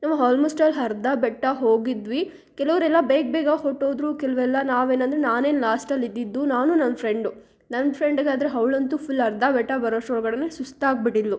ನಾವು almost all ಅರ್ಧ ಬೆಟ್ಟ ಹೋಗಿದ್ವಿ ಕೆಲವ್ರೆಲ್ಲ ಬೇಗ ಬೇಗ ಹೊರ್ಟು ಹೋದರು ಕೆಲ್ವ್ರೆಲ್ಲ ನಾವು ಏನಂದರೆ ನಾನೇ ಲಾಸ್ಟಲ್ಲಿ ಇದ್ದಿದ್ದು ನಾನು ನನ್ನ ಫ್ರೆಂಡು ನನ್ನ ಫ್ರೆಂಡಗಾದರೆ ಅವ್ಳಂತು ಫುಲ್ ಅರ್ಧ ಬೆಟ್ಟ ಬರೋಷ್ಟ್ರೊಳ್ಗಡೆಯೇ ಸುಸ್ತಾಗಿಬಿಟ್ಟಿದ್ಲು